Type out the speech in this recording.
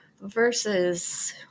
versus